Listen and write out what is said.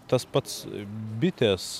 tas pats bitės